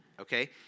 okay